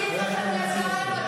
מיקי, זה לא נכון.